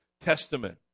Testament